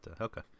Okay